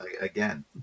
again